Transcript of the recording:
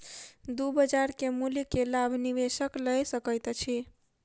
दू बजार के मूल्य के लाभ निवेशक लय सकैत अछि